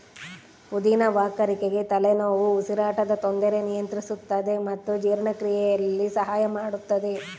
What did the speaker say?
ಪುದಿನ ವಾಕರಿಕೆ ತಲೆನೋವು ಉಸಿರಾಟದ ತೊಂದರೆ ನಿಯಂತ್ರಿಸುತ್ತದೆ ಮತ್ತು ಜೀರ್ಣಕ್ರಿಯೆಯಲ್ಲಿ ಸಹಾಯ ಮಾಡುತ್ತದೆ